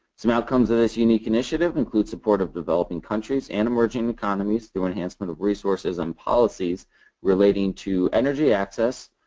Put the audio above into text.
some outcomes of this unique initiative include support of developing countries and emerging economies through enhancement of resources and policies relating to energy access,